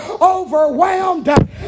overwhelmed